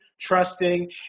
trusting